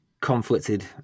conflicted